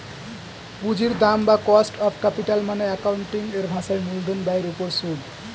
পুঁজির দাম বা কস্ট অফ ক্যাপিটাল মানে অ্যাকাউন্টিং এর ভাষায় মূলধন ব্যয়ের উপর সুদ